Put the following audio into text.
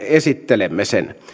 esittelemme